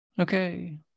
Okay